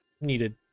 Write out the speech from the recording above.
needed